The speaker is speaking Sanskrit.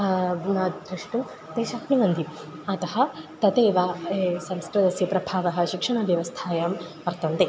अधुना द्रष्टुं ते शक्नुवन्ति अतः तथैव ए संस्कृतस्य प्रभावः शिक्षणव्यवस्थायां वर्तन्ते